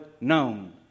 known